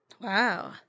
Wow